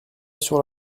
sur